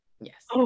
Yes